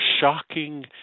shocking